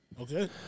okay